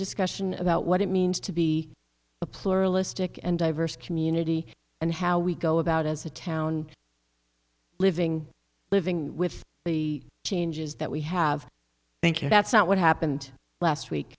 discussion about what it means to be a pluralistic and diverse community and how we go about as a town living living with the changes that we have thank you that's not what happened last week